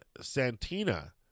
Santina